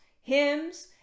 hymns